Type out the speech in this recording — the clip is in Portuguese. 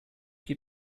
que